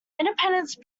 independence